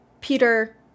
Peter